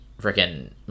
freaking